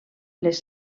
les